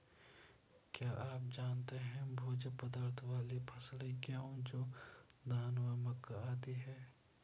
क्या आप जानते है भोज्य पदार्थ वाली फसलें गेहूँ, जौ, धान व मक्का आदि है?